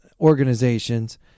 organizations